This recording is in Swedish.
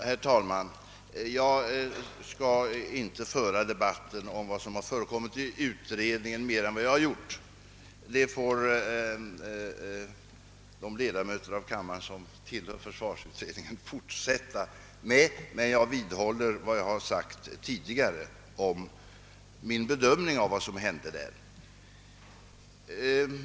Herr talman! Jag skall inte förlänga debatten om vad som har förekommit i utredningen. Det meningsutbytet får de ledamöter av kammaren som tillhör försvarsutredningen fortsätta. Jag vidhåller emellertid min tidigare bedömning av vad som hände där.